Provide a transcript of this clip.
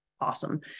Awesome